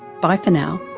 bye for now